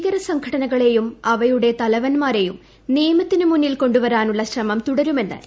ഭീകര സംഘടനകളെയും അവയുടെ തലവന്മാരെയും നിയമത്തിന്റെ മുന്നിൽ കൊണ്ടുവരാനുള്ള ശ്രമം തുടരുമെന്ന് ഇന്ത്യ